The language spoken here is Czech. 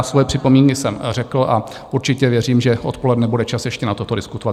Svoje připomínky jsem řekl a určitě věřím, že odpoledne bude čas ještě na to, o tom diskutovat.